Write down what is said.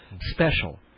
special